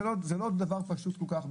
זה לא דבר פשוט כל כך,